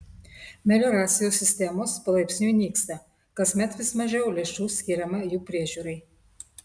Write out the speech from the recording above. melioracijos sistemos palaipsniui nyksta kasmet vis mažiau lėšų skiriama jų priežiūrai